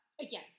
again